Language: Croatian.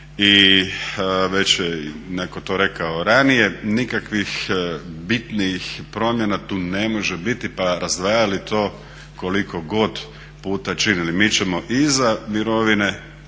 i već je netko to rekao ranije nikakvih bitnijih promjena tu ne može biti pa razdvajali to koliko god puta činili. Mi ćemo iza mirovine,